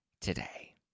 today